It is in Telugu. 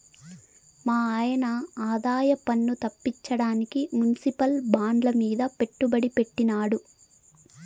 మాయన్న ఆదాయపన్ను తప్పించడానికి మునిసిపల్ బాండ్లమీద పెట్టుబడి పెట్టినాడు